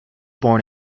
born